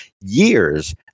years